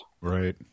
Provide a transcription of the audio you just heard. Right